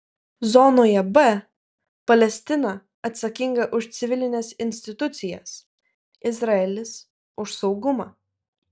zonoje b palestina atsakinga už civilines institucijas izraelis už saugumą